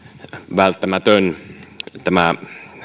välttämätön tämä